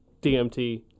DMT